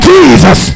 Jesus